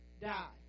die